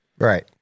Right